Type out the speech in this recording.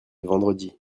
vendredi